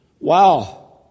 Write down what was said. wow